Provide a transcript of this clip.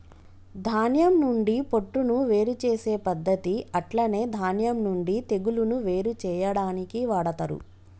ధాన్యం నుండి పొట్టును వేరు చేసే పద్దతి అట్లనే ధాన్యం నుండి తెగులును వేరు చేయాడానికి వాడతరు